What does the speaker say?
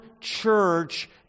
church